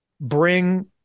bring